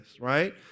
right